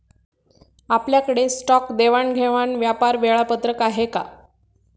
आपल्याकडे स्टॉक देवाणघेवाण व्यापार वेळापत्रक आहे का?